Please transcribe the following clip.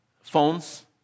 phones